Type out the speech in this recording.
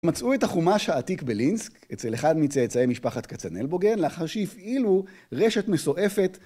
מצאו את החומש העתיק בלינסק אצל אחד מצאצאי משפחת קצנלבוגן לאחר שהפעילו רשת מסועפת